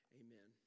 amen